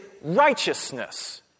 righteousness